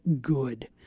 good